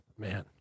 man